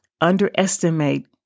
underestimate